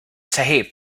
sahib